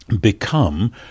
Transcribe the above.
become